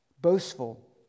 Boastful